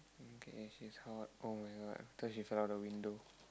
okay she's hot oh-my-god I thought she fell out the window